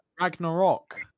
Ragnarok